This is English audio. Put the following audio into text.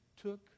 took